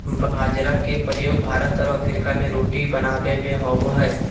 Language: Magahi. बाजरा के प्रयोग भारत और अफ्रीका में रोटी बनाबे में होबो हइ